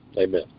Amen